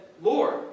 Lord